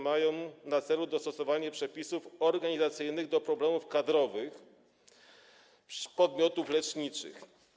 Mają na celu dostosowanie przepisów organizacyjnych do problemów kadrowych podmiotów leczniczych.